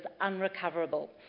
unrecoverable